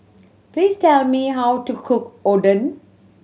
please tell me how to cook Oden